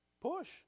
push